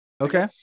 Okay